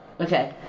Okay